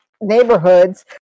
neighborhoods